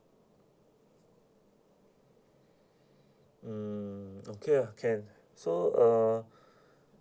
mm okay ah can so uh